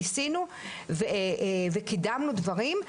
ניסינו וקידמנו דברים,